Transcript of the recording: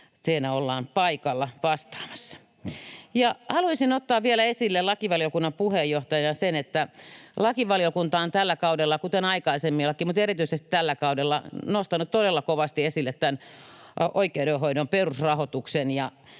siinä ollaan paikalla vastaamassa. Haluaisin ottaa vielä esille lakivaliokunnan puheenjohtajana sen, että lakivaliokunta on tällä kaudella — kuten aikaisemmillakin, mutta erityisesti tällä kaudella — nostanut todella kovasti esille oikeudenhoidon perusrahoituksen.